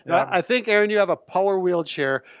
i think, aaron you have a power wheelchair,